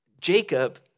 Jacob